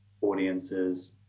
audiences